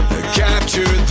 Capture